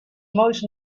most